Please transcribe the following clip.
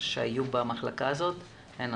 שהיו במחלקה הזאת הן